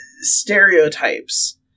stereotypes